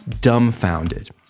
dumbfounded